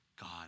God